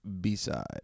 B-side